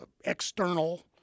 external